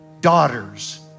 Daughters